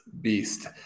beast